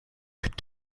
could